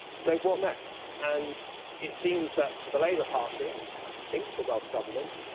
so, what next? and it seems that, for the labour party, and i think for welsh government,